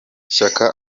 shyaka